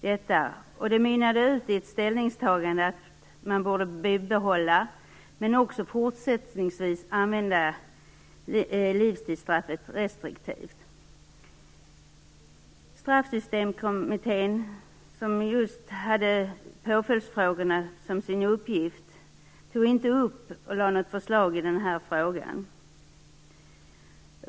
Det mynnade ut i ställningstagandet att det borde bibehållas, men att man också fortsättningsvis borde använda livstidsstraffet restriktivt. Straffsystemkommittén, som haft påföljdsfrågorna som sin uppgift, lade inte fram något förslag i den här frågan.